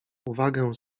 uwagę